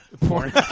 Porn